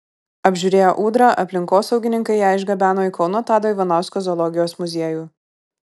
apžiūrėję ūdrą aplinkosaugininkai ją išgabeno į kauno tado ivanausko zoologijos muziejų